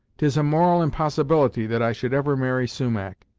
tis a moral impossibility that i should ever marry sumach,